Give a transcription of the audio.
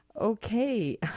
Okay